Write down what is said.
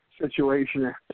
situation